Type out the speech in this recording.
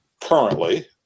currently